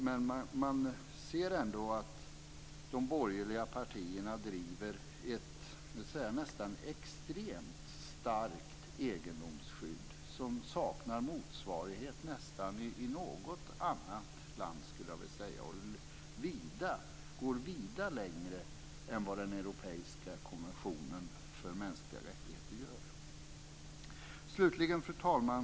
Men man ser ändå att de borgerliga partierna driver ett extremt starkt egendomsskydd som saknar motsvarighet i nästan något annat land och som går vida längre än vad den europeiska konventionen för mänskliga rättigheter gör. Fru talman!